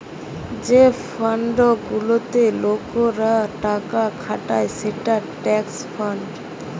যে ফান্ড গুলাতে লোকরা টাকা খাটায় সেটা ট্রাস্ট ফান্ড